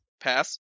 Pass